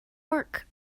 work